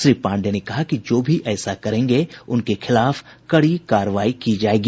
श्री पांडेय ने कहा कि जो भी ऐसा करेंगे उनके खिलाफ कड़ी कार्रवाई की जायेगी